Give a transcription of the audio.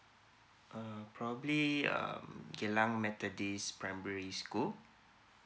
uh probably uh geylang methodist primary school